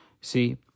See